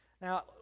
Now